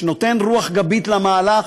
שנותן רוח גבית למהלך,